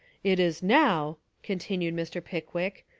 it is now, continued mr. pickwick,